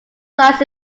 sites